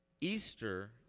Easter